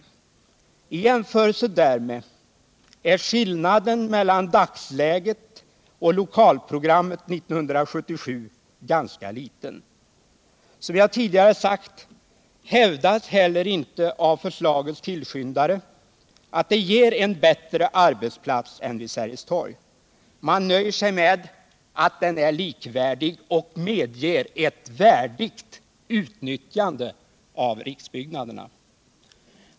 I jämförelse därmed är skillnaden mellan dagsläget och lokalprogrammet 1977 ganska liten. Som jag tidigare sagt hävdas inte heller av förslagets tillskyndare att det ger en bättre arbetsplats än vid Sergels torg. Man nöjer sig med att den är likvärdig och medger ett värdigt utnyttjande av riksbyggnaderna.